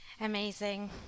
Amazing